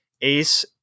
ACE